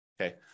Okay